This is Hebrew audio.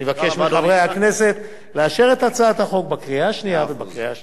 אני מבקש מחברי הכנסת לאשר את הצעת החוק בקריאה השנייה ובקריאה השלישית.